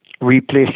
replace